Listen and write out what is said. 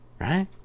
right